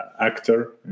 actor